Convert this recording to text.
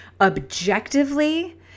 objectively